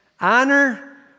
Honor